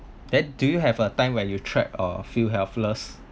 then do you have a time where you trapped or feel helpless